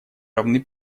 равны